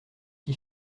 qui